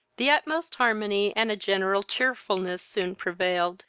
the utmost harmony and a general cheerfulness soon prevailed,